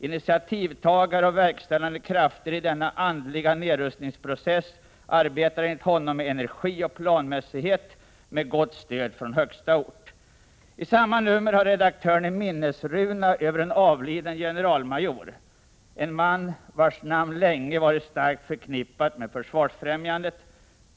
Initiativtagare och verkställande krafter i denna andliga nedrustingsprocess arbetar enligt honom med energi och planmässighet, med gott stöd från högsta ort. I samma nummer har redaktören en minnesruna över en avliden generalmajor, en man vars namn länge varit starkt förknippat med Försvarsfrämjandet.